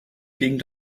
gegen